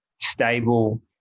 stable